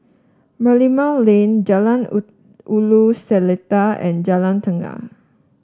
Merlimau Lane Jalan Woo Ulu Seletar and Jalan Tukang